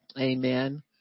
Amen